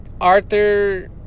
Arthur